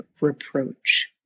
reproach